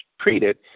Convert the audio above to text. treated